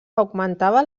augmentava